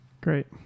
Great